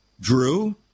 Drew